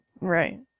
Right